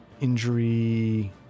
Injury